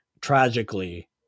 tragically